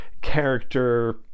character